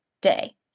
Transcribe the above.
day